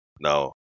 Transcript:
now